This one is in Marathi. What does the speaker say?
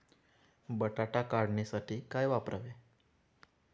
बटाटा काढणीसाठी काय वापरावे?